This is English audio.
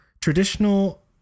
traditional